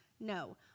No